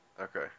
Okay